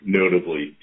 notably